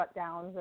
shutdowns